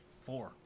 four